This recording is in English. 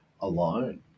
alone